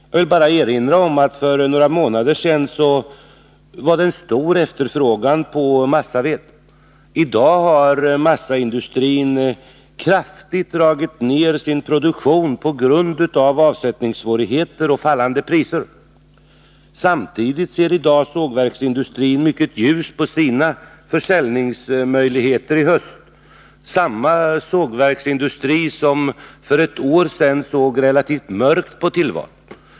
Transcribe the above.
Jag vill bara erinra om att för några månader sedan vardet stor efterfrågan på massaved —i dag har massaindustrin kraftigt dragit ned sin produktion på grund av avsättningssvårigheter och fallande priser. Samtidigt ser sågverksindustrin i dag mycket ljust på sina försäljningsmöjligheter till hösten — samma sågverksindustri som för ett år sedan såg relativt mörkt på tillvaron.